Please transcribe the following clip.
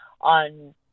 on